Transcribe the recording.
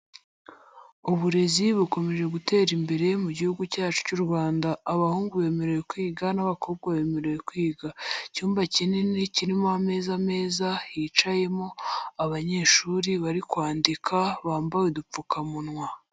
Uburezi bukomeje gutera imbere mu gihugu cyacu cy'u Rwanda. Abahungu bemerewe kwiga n'abakobwa bemerewe kwiga. Icyumba kinini kirimo ameza meza, hicayemo abanyeshuri bari kwandika, bambaye udupfukamunwa.